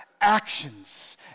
actions